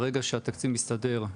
ברגע שהתקציב מסתדר,